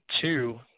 two